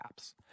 apps